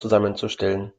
zusammenzustellen